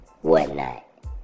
whatnot